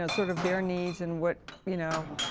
ah sort of their needs and what, you know,